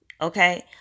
Okay